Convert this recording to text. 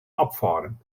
abfahren